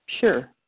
Sure